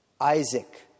Isaac